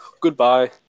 Goodbye